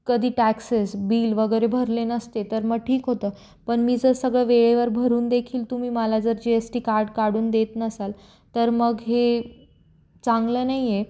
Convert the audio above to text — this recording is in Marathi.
कधी टॅक्सेस बिल वगैरे भरले नसते तर मग ठीक होतं पण मी जर सगळं वेळेवर भरून देखील तुम्ही मला जर जी एस टी कार्ड काढून देत नसाल तर मग हे चांगलं नाही आहे